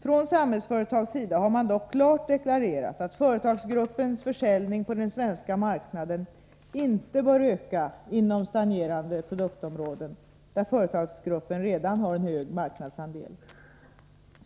Från Samhällsföretags sida har man dock klart deklarerat att företagsgruppens försäljning på den svenska marknaden inte bör öka inom stagnerande produktområden, där företagsgruppen redan har en hög marknadsandel.